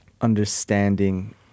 understanding